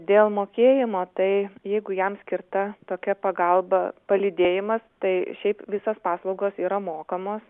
dėl mokėjimo tai jeigu jam skirta tokia pagalba palydėjimas tai šiaip visos paslaugos yra mokamos